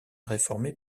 réformés